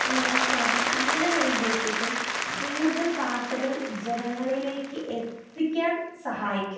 English channel അങ്ങനെ വരുമ്പോഴത്തേക്കും കൂടുതൽ വാർത്തകൾ ജനങ്ങളിലേക്ക് എത്തിക്കാൻ സഹായിക്കും